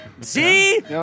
See